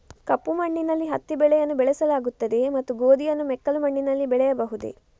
ಕಪ್ಪು ಮಣ್ಣಿನಲ್ಲಿ ಹತ್ತಿ ಬೆಳೆಯನ್ನು ಬೆಳೆಸಲಾಗುತ್ತದೆಯೇ ಮತ್ತು ಗೋಧಿಯನ್ನು ಮೆಕ್ಕಲು ಮಣ್ಣಿನಲ್ಲಿ ಬೆಳೆಯಬಹುದೇ?